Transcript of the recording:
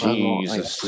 Jesus